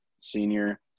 senior